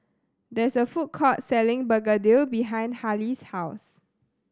there is a food court selling Begedil behind Hali's house